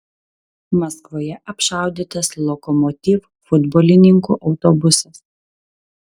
maskvoje apšaudytas lokomotiv futbolininkų autobusas